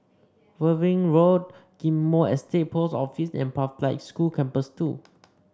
Worthing Road Ghim Moh Estate Post Office and Pathlight School Campus Two